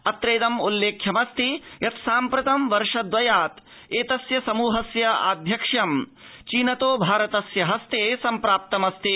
अत्रेदम उल्लेख्यमस्ति यत् साम्प्रतं वर्षद्वयाद एतस्य समृहस्य आध्यक्ष्यं चीनतो भारतस्य हस्ते सम्प्राप्तमस्ति